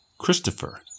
Christopher